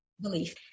belief